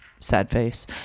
Sadface